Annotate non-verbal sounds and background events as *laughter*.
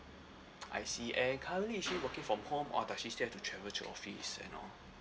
*noise* I see and currently is she working from home or does she still have to travel to office and all